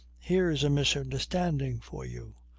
here's a misunderstanding for you!